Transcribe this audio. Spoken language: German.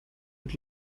mit